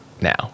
now